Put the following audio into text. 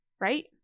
right